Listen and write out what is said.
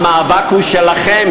המאבק הוא שלכם,